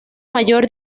mayor